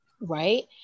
right